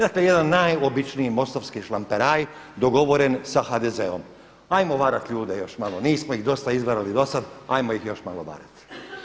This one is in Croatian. Dakle jedan najobičniji MOST-ovski šlamperaj dogovoren sa HDZ-om, 'ajmo varati ljude još malo, nismo ih dosta izvarali do sada, 'ajmo ih još malo varati.